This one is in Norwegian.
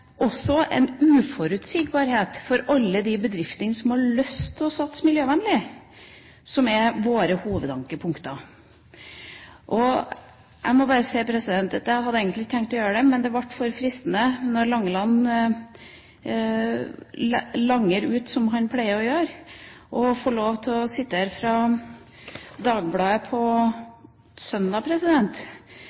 også en uforutsigbarhet for alle de bedriftene som har lyst til å satse miljøvennlig, som er et av våre hovedankepunkter. Jeg hadde egentlig ikke tenkt å gjøre dette, men det ble for fristende når Langeland langer ut som han pleier: Jeg vil få sitere fra Dagbladet på søndag.